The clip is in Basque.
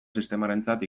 sistemarentzat